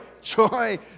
joy